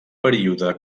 període